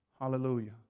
Hallelujah